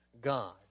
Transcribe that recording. God